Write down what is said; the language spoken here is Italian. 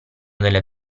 della